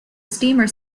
steamer